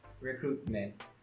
recruitment